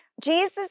Jesus